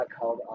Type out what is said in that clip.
called